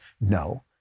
no